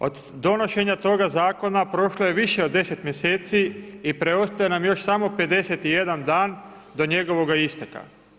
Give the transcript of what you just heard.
Od donošenja toga zakona prošlo je više od 10 mjeseci i preostaje nam još samo 51 dan do njegovoga isteka.